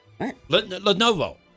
Lenovo